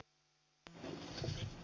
panu h